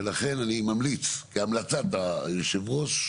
ולכן אני ממליץ כהמלצת יושב הראש,